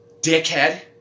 dickhead